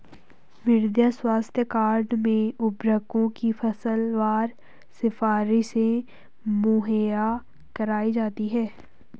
मृदा स्वास्थ्य कार्ड में उर्वरकों की फसलवार सिफारिशें मुहैया कराई जाती है